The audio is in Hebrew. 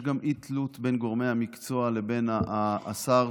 ויש גם אי-תלות בין גורמי המקצוע לבין השר,